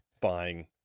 buying